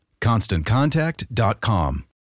ConstantContact.com